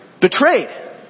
Betrayed